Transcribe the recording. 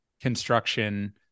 construction